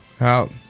out